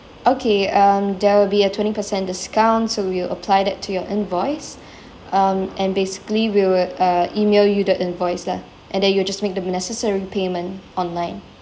okay um there will be a twenty percent discounts so we'll apply that to your invoice um and basically we will uh email you the invoice lah and then you'll just make the necessary payment online